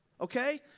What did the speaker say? Okay